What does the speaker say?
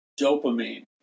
dopamine